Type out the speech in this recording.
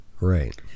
Right